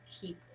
keep